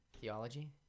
Theology